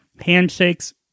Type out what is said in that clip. handshakes